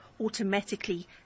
automatically